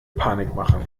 panikmache